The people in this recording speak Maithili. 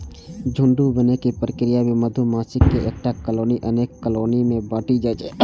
झुंड बनै के प्रक्रिया मे मधुमाछीक एकटा कॉलनी अनेक कॉलनी मे बंटि जाइ छै